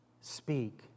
speak